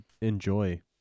enjoy